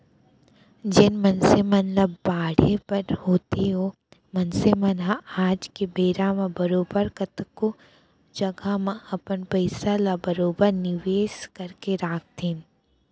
जेन मनसे मन ल बाढ़े बर होथे ओ मनसे मन ह आज के बेरा म बरोबर कतको जघा म अपन पइसा ल बरोबर निवेस करके राखथें